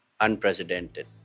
unprecedented